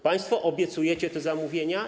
Państwo obiecujecie zamówienia.